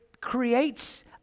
creates